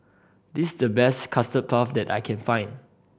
this the best Custard Puff that I can find